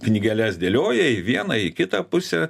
knygeles dėlioja į vieną į kitą pusę